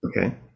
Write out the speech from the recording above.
Okay